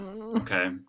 okay